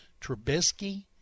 Trubisky